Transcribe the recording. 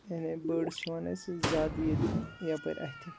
یعنی بٲڑز چھِ یِوان اَسہِ زیادٕ ییٚتہِ یَپٲرۍ اَتھِ